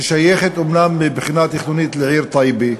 שאומנם מבחינה תכנונית שייכת לעיר טייבה.